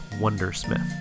wondersmith